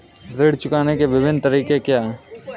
ऋण चुकाने के विभिन्न तरीके क्या हैं?